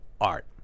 art